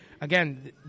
again